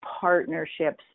partnerships